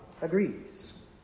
agrees